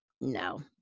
no